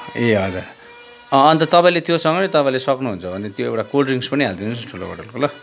ए हजुर अन्त तपाईँले त्योसँग नि तपाईँले सक्नुहुन्छ भने त्यो एउटा कोल्ड ड्रिङ्कस् पनि हालिदिनुहोस् न ठुलो बोतलको ल